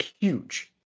huge